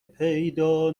پیدا